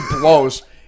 blows